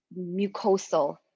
mucosal